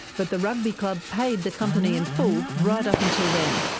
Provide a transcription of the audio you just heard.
but the rugby club paid the company in full, right up until then.